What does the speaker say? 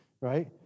right